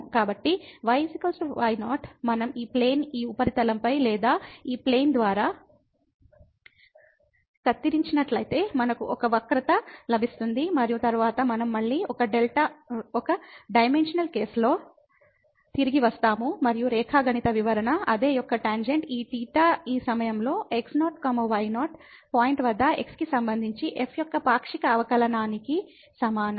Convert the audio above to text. కాబట్టి y y0 మనం ఈ ప్లేన్ ఈ ఉపరితలంపై లేదా ఈ విమానం ద్వారా కత్తిరించినట్లయితే మనకు ఒక వక్రత లభిస్తుంది మరియు తరువాత మనం మళ్ళీ ఒక డైమెన్షనల్ కేసులో తిరిగి వస్తాము మరియు రేఖాగణిత వివరణ అదే యొక్క టాంజెంట్ ఈ టీట ఈ సమయంలో x0 y0 పాయింట్ వద్ద x కి సంబంధించి f యొక్క పాక్షిక అవకలన్నాన్నిానికి సమానం